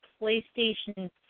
PlayStation